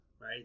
right